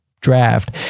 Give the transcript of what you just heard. draft